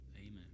Amen